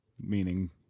meaning